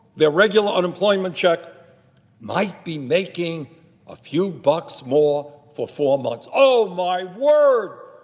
their regular unemployment check might be making a few bucks more for four months. oh, my word.